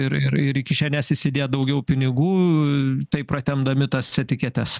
ir ir ir į kišenes įsidėt daugiau pinigų taip pratempdami tas etiketes